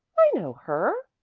i know her!